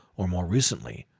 or more recently,